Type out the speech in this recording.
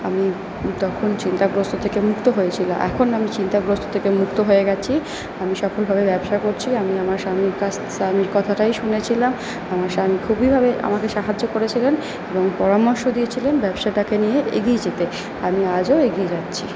আমি তখন চিন্তাগ্রস্থ থেকে মুক্ত হয়েছিলাম এখন আমি চিন্তাগ্রস্থ থেকে মুক্ত হয়ে গেছি আমি সফলভাবে ব্যবসা করছি আমি আমার স্বামীর কাছ স্বামীর কথাটাই শুনেছিলাম আমার স্বামী খুবইভাবে আমাকে সাহায্য করেছিলেন এবং পরামর্শ দিয়েছিলেন ব্যবসাটাকে নিয়ে এগিয়ে যেতে আমি আজও এগিয়ে যাচ্ছি